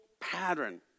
pattern